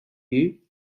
you